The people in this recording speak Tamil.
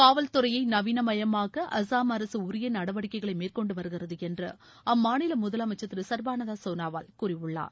காவல்துறையை நவீன மயமாக்க அசாம் அரசு உரிய நடவடிக்கைகளை மேற்கொண்டு வருகிறது என்று அம்மாநில முதலமைச்சர் திரு சர்பானந்த சோனாவால் கூறியுள்ளார்